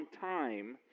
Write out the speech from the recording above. time